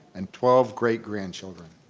and twelve great grandchildren.